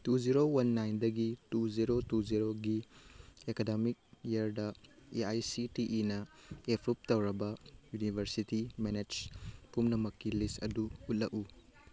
two zero one ꯅꯥꯏꯟꯗꯒꯤ two zero two ꯖꯦꯔꯣꯒꯤ academic ꯏꯌꯔꯗ ꯑꯦ ꯑꯥꯏ ꯁꯤ ꯇꯤ ꯏꯤꯅ ꯑꯦꯄ꯭ꯔꯨꯞ ꯇꯧꯔꯕ ꯌꯨꯅꯤꯕꯔꯁꯤꯇꯤ ꯃꯦꯅꯦꯖ ꯄꯨꯝꯅꯃꯛꯀꯤ ꯂꯤꯁ ꯑꯗꯨ ꯎꯠꯂꯛꯎ